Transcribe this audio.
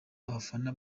abafana